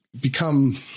become